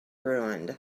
ruined